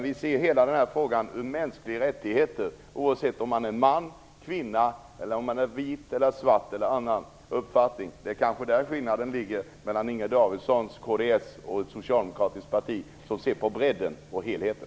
Vi ser det som en fråga om mänskliga rättigheter, oavsett om det gäller män eller kvinnor, vita eller svarta. Det är kanske där skillnaden ligger mellan Inger Davidsons kds och ett socialdemokratiskt parti som ser till bredden och helheten.